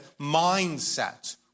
mindset